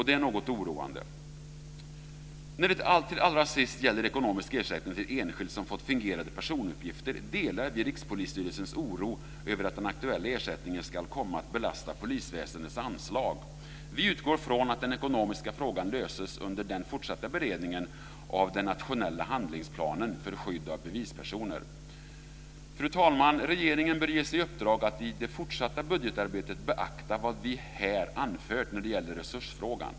Det är något oroande. När det slutligen gäller ekonomisk ersättning till enskild som fått fingerade personuppgifter delar vi Rikspolisstyrelsens oro över att den aktuella ersättningen ska komma att belasta polisväsendets anslag. Vi utgår från att den ekonomiska frågan löses under den fortsatta beredningen av den nationella handlingsplanen för skydd av bevispersoner. Fru talman! Regeringen bör ges i uppdrag att i det fortsatta budgetarbetet beakta vad vi här anfört när det gäller resursfrågan.